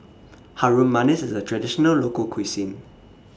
Harum Manis IS A Traditional Local Cuisine